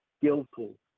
skillful